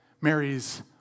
Mary's